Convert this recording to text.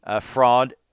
fraud